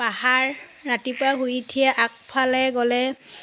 পাহাৰ ৰাতিপুৱা শুই উঠিয়ে আগফালে গ'লে